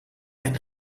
ein